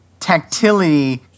tactility